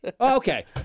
Okay